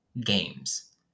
games